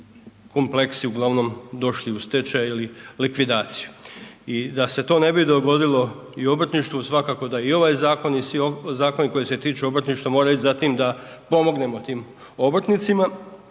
kompleksi uglavnom došli u stečaj ili likvidaciju. I da se to ne bi dogodilo i obrtništvu, svakako da i ovaj zakon i svi zakoni koji se tiču obrtništva moraju ići za tim da pomognemo tim obrtnicima